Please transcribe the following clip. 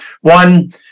one